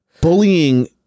bullying